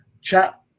Chat